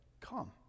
come